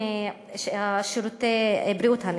לתחום שירותי בריאות הנפש.